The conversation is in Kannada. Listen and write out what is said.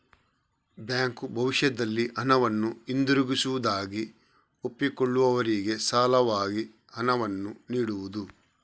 ಬ್ಯಾಂಕು ಭವಿಷ್ಯದಲ್ಲಿ ಹಣವನ್ನ ಹಿಂದಿರುಗಿಸುವುದಾಗಿ ಒಪ್ಪಿಕೊಳ್ಳುವವರಿಗೆ ಸಾಲವಾಗಿ ಹಣವನ್ನ ನೀಡುದು